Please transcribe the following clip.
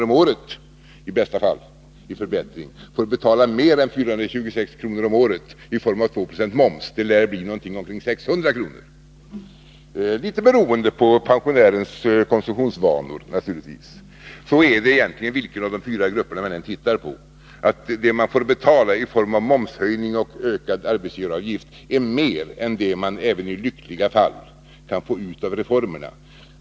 om året i förbättring får betala mer än 426 kr. om året i form av 2 26 moms; det lär bli omkring 600 kr., naturligtvis beroende på pensionärens konsumtionsvanor. Så är det egentligen, vilken av de fyra grupperna man än tittar på. Det de får betala på grund av momshöjningen och den ökade arbetsgivaravgiften är mer än vad de även i lyckliga fall kan få ut av reformerna.